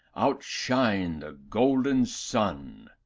outshine the golden sun.